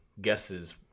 Guesses